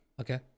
Okay